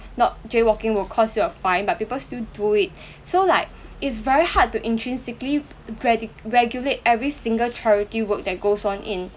not jaywalking will cost you a fine but people still do it so like it's very hard to intrinsically regu~ regulate every single charity work that goes on in